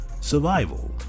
survival